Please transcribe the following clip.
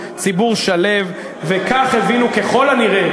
כך הוא אמר,